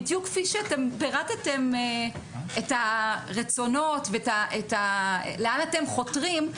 בדיוק כפי שאתם פירטתם את הרצונות ולאן אתם חותרים,